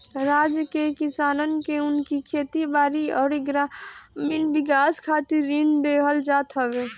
राज्य के किसानन के उनकी खेती बारी अउरी ग्रामीण विकास खातिर ऋण देहल जात हवे